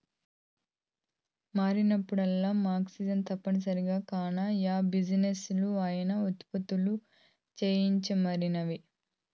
మారినప్పుడల్లా మార్జిన్ తప్పనిసరి కాన, యా బిజినెస్లా అయినా ఉత్పత్తులు సెయ్యాల్లమరి